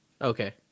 Okay